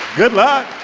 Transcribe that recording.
good luck